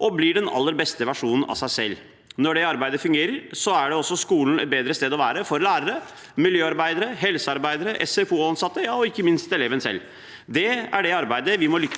og blir den aller beste versjonen av seg selv. Når det arbeidet fungerer, er skolen også et bedre sted å være for lærere, miljøarbeidere, helsearbeidere, SFO-ansatte og ikke minst eleven selv. Det er det arbeidet vi må lykkes